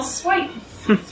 swipe